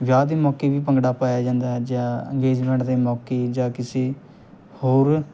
ਵਿਆਹ ਦੀ ਮੌਕੇ ਵੀ ਭੰਗੜਾ ਪਾਇਆ ਜਾਂਦਾ ਜਾਂ ਅਗੇਜਮੈਂਟ ਦੇ ਮੌਕੇ ਜਾਂ ਕਿਸੇ ਹੋਰ